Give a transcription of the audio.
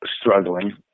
struggling